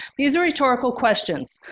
these are rhetorical questions,